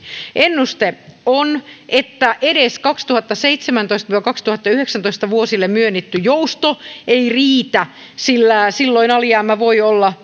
ennuste on että edes vuosille kaksituhattaseitsemäntoista viiva kaksituhattayhdeksäntoista myönnetty jousto ei riitä sillä silloin alijäämä voi olla